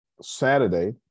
Saturday